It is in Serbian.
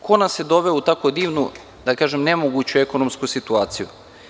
Ko nas je doveo u tako divnu, da kažem, ne moguću ekonomsku situaciju?